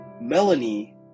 Melanie